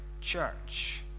church